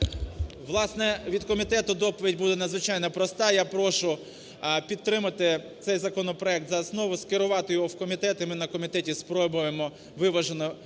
Власне, від комітету доповідь буде надзвичайно проста. Я прошу підтримати цей законопроект за основу, скерувати його в комітет і ми на комітеті спробуємо виважено